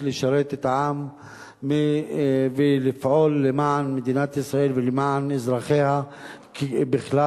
לשרת את העם ולפעול למען מדינת ישראל ולמען אזרחיה בכלל.